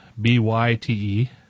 B-Y-T-E